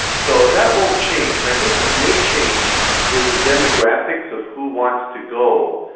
so that won't change. i think what may change is the demographics of who wants to go.